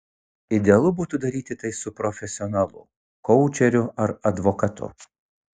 idealu būtų daryti tai su profesionalu koučeriu ar advokatu